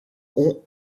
ont